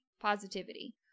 positivity